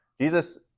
Jesus